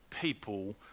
people